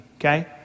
okay